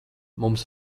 mums